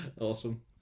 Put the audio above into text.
awesome